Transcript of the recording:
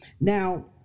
Now